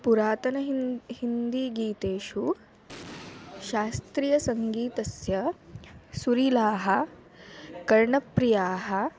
पुरातनहिन्दी हिन्दीगीतेषु शास्त्रीयसङ्गीतस्य सुरीलाः कर्णप्रियाः